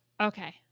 Okay